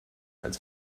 als